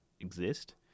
exist